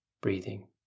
breathing